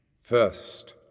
First